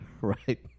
Right